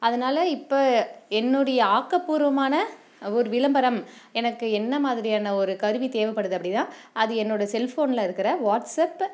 அதனால் இப்போ என்னுடைய ஆக்கப்பூர்வமான ஒரு விளம்பரம் எனக்கு என்ன மாதிரியான ஒரு கருவி தேவைப்படுது அப்படின்னா அது என்னோடய செல் ஃபோனில் இருக்கிற வாட்ஸப்